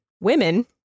Women